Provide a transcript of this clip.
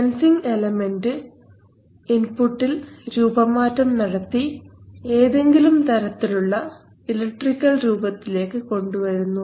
sensing element ഇൻപുട്ടിൽ രൂപമാറ്റം നടത്തി ഏതെങ്കിലും തരത്തിലുള്ള ഇലക്ട്രിക്കൽ രൂപത്തിലേക്ക് കൊണ്ടുവരുന്നു